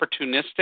opportunistic